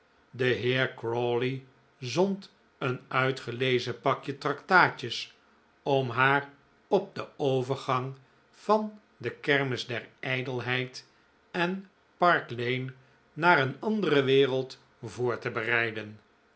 de heer crawley zond een uitgelezen pakje tractaatjes om haar op den overgang van de kermis der ijdelheid en park lane naar een andere wereld voor te bereiden